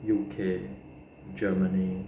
U_K germany